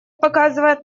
показывает